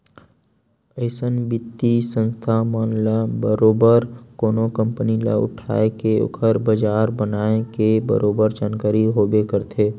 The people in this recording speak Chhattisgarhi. अइसन बित्तीय संस्था मन ल बरोबर कोनो कंपनी ल उठाय के ओखर बजार बनाए के बरोबर जानकारी होबे करथे